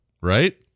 Right